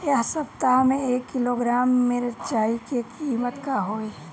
एह सप्ताह मे एक किलोग्राम मिरचाई के किमत का होई?